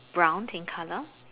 brown in color